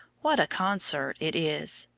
what a concert it is!